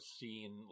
seen